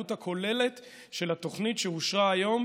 של התוכנית שאושרה היום